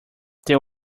there